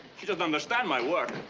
she doesn't understand my work.